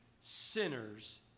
sinners